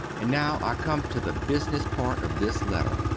and now i come to the bizness part of this leter.